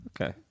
Okay